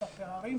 את הפערים,